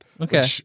Okay